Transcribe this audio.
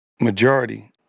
majority